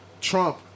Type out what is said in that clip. Trump